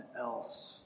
else